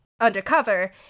undercover